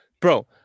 Bro